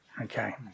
Okay